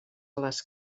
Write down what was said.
les